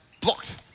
blocked